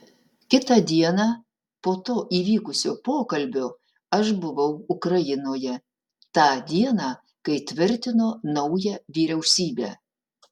kitą dieną po to įvykusio pokalbio aš buvau ukrainoje tą dieną kai tvirtino naują vyriausybę